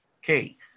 Okay